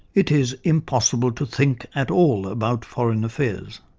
it is impossible to think at all about foreign affairs.